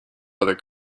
other